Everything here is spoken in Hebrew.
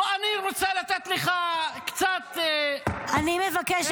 אני רוצה לתת לך קצת --- זה הבן זוג שלך.